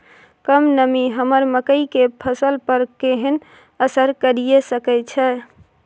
कम नमी हमर मकई के फसल पर केहन असर करिये सकै छै?